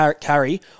carry